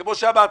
כמו שאמרת,